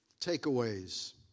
takeaways